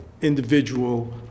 individual